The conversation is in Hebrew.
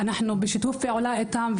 אנחנו בשיתוף פעולה איתם,